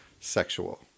sexual